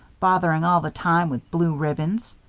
botherin' all the time with blue ribbons.